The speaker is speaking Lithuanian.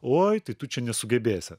oi tai tu čia nesugebėsi